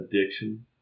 addiction